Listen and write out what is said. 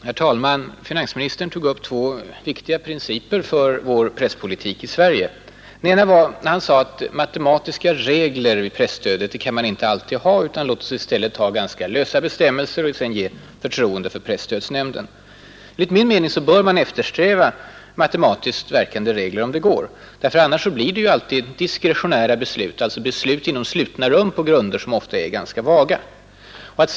Herr talman! Finansministern tog upp två viktiga principer för vår presspolitik i Sverige. Det ena var när han sade att man inte alltid kan ha matematiska regler vid presstödet utan menade att man skulle ha ganska lösa bestämmelser och i stället visa förtroende för presstödsnämnden. Enligt min mening bör man eftersträva matematiskt verkande regler om det går. Annars blir det alltid diskretionära beslut, dvs. beslut fattade inom slutna rum på grunder som ofta är ganska vaga.